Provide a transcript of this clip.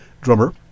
drummer